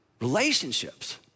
relationships